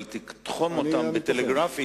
אבל תתחם אותם טלגרפית,